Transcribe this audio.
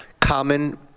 Common